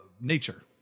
nature